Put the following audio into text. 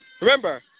Remember